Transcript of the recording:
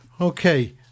Okay